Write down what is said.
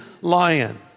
lion